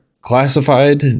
classified